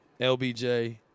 LBJ